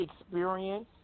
experience